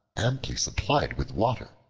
amply supplied with water,